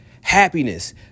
happiness